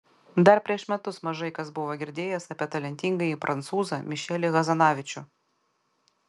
dar prieš metus mažai kas buvo girdėjęs apie talentingąjį prancūzą mišelį hazanavičių